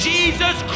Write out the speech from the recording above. Jesus